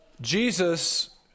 Jesus